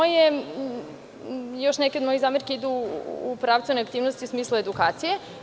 Još neke od mojih zamerki idu u pravcu neaktivnosti u smislu edukacije.